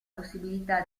possibilità